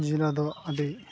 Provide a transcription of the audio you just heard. ᱡᱮᱞᱟ ᱫᱚ ᱟᱹᱰᱤ